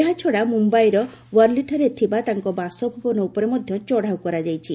ଏହାଛଡ଼ା ମୁମ୍ଭାଇର ୱର୍ଲିଠାରେ ଥିବା ତାଙ୍କ ବାସଭବନ ଉପରେ ମଧ୍ୟ ଚଢ଼ଉ କରାଯାଇଛି